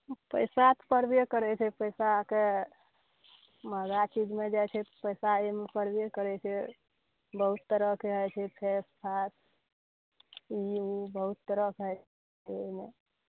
पइसा तऽ पड़बे करै छै पइसाके महगा चीजमे जाइ छै तऽ पइसा एहिमे पड़बे करै छै बहुत तरहके होइ छै फेसफास ई ओ बहुत तरहके होइ एहिमे